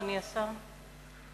אדוני השר,